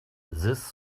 this